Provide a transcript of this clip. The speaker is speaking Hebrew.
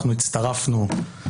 אנחנו הצטרפנו.